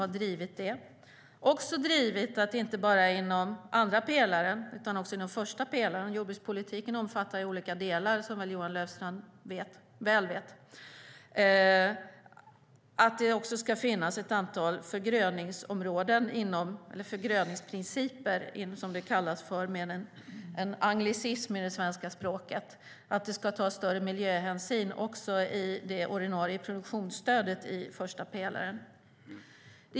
Regeringen har också drivit inte bara inom andra pelaren utan också inom första pelaren - jordbrukspolitiken omfattar ju olika delar, som Johan Löfstrand väl vet - att det ska finnas ett antal förgröningsprinciper, som det kallas med en anglicism i det svenska språket. Det handlar om att ta större miljöhänsyn också i det ordinarie produktionsstödet i första pelaren.